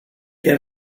get